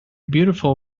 beautiful